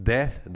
Death